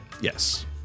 Yes